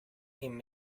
him